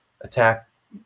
attack